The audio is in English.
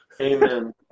Amen